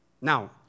Now